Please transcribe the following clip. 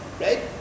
right